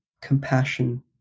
compassion